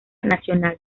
nacional